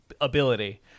ability